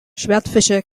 schwertfische